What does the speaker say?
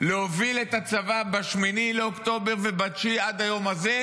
להוביל את הצבא ב-8 באוקטובר וב-9 עד היום הזה,